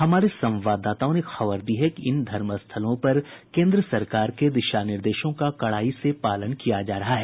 हमारे संवाददाताओं ने खबर दी है कि इन धर्म स्थलों पर केन्द्र सरकार के दिशा निर्देशों का कड़ाई से पालन किया जा रहा है